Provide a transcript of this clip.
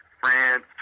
France